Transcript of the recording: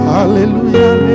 Hallelujah